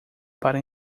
para